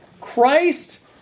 Christ